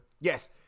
yes